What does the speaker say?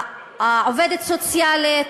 העובדת הסוציאלית,